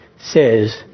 says